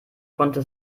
konnte